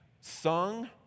sung